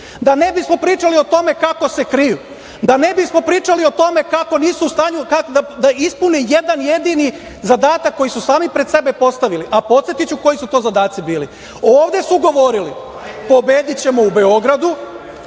da ne bismo pričali o tome kako se kriju, da ne bismo pričali o tome kako nisu u stanju da ispune jedan jedini zadatak koji su sami pred sebe postavili, a podsetiću koji su to zadaci bili, ovde su govorili - pobedićemo u Beogradu.